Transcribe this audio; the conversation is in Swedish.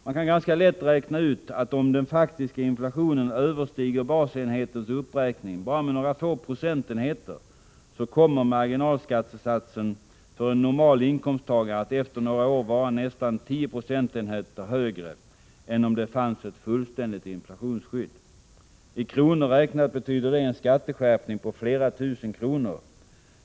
Man kan ganska lätt räkna ut att om den faktiska inflationen överstiger basenhetens uppräkning med bara några få procentenheter kommer marginalskattesatsen för en normal inkomsttagare att efter några år vara nästan tio procentenheter högre än om det fanns fullständigt inflationsskydd. I kronor räknat betyder det en skatteskärpning på flera tusen kronor.